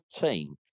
team